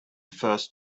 first